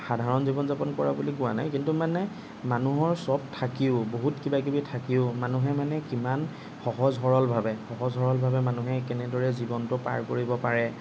সাধাৰণ জীৱন যাপন কৰে বুলি কোৱা নাই কিন্তু মানে মানুহৰ চব থাকিও বহুত কিবাকিবি থাকিও মানুহে মানে কিমান সহজ সৰলভাৱে সহজ সৰলভাৱে মানুহে কেনেদৰে জীৱনটো পাৰ কৰিব পাৰে